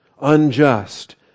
unjust